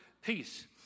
peace